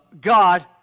God